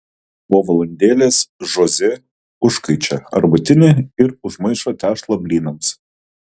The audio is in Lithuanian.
po valandėlės žoze užkaičia arbatinį ir užmaišo tešlą blynams